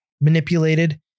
manipulated